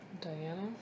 Diana